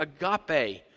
agape